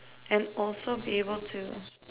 and also be able to